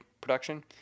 production